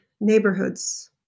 neighborhoods